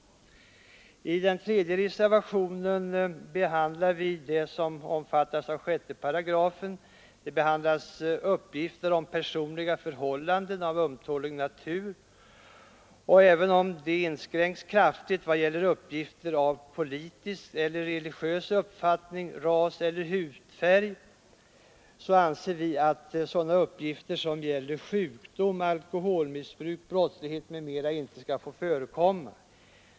Reservationen 3. 6 § gäller uppgifter om personliga förhållanden av ömtålig natur, och även om dessa inskränks kraftigt i vad gäller uppgifter om politisk eller religiös art, ras eller hudfärg, så anser vi att sådana uppgifter som gäller sjukdom, alkoholmissbruk, brottslighet m.m. inte skall få förekomma.